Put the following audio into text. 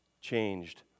changed